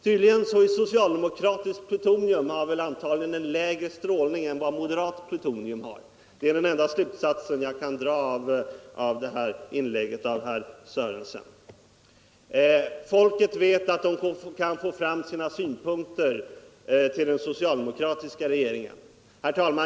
Tydligen har socialdemokratiskt plutonium lägre strålningsgrad än moderat plutonium. Det är den enda slutsats jag kan dra av herr Sörensons inlägg. Allmänpolitisk debatt Allmänpolitisk debatt Folket vet att det kan föra fram sina synpunkter till en socialdemokratisk regering, sade herr Sörenson vidare. Herr talman!